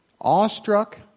Awestruck